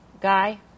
Guy